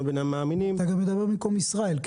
אתה מדבר גם במקום ישראל?